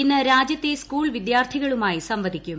ഇന്ന് രാജ്യത്തെ സ്കൂൾ വിദ്യാർത്ഥികളുമായി സംവദിക്കും